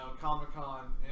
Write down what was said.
Comic-Con